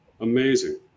Amazing